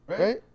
right